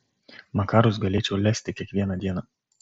makarus galėčiau lesti kiekvieną dieną